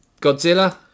Godzilla